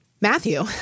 Matthew